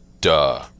duh